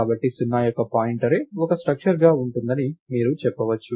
కాబట్టి 0 యొక్క point array ఒక స్ట్రక్చర్ గా ఉంటుందని మీరు చెప్పవచ్చు